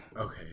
Okay